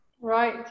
Right